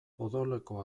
odoleko